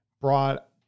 brought